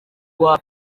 rwa